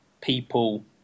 people